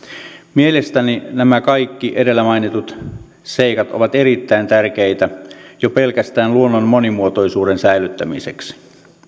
mielestäni nämä kaikki edellä mainitut seikat ovat erittäin tärkeitä jo pelkästään luonnon monimuotoisuuden säilyttämiseksi